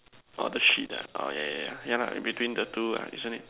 orh the sheet ah yeah yeah yeah yeah lah in between the two ah isn't it